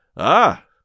Ah